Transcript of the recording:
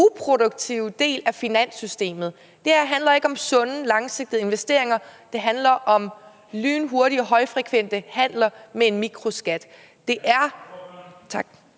uproduktive del af finanssystemet. Det her handler ikke om sunde, langsigtede investeringer. Det handler om lynhurtige, højfrekvente handler med en mikroskat. Kl.